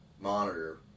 monitor